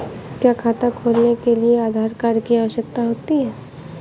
क्या खाता खोलने के लिए आधार कार्ड की आवश्यकता होती है?